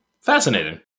Fascinating